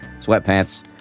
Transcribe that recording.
sweatpants